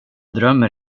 drömmer